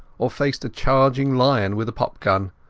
or faced a charging lion with a popgun,